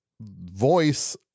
voice